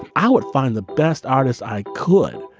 out. find the best artist i could.